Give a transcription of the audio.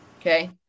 Okay